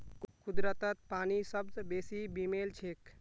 कुदरतत पानी सबस बेसी बेमेल छेक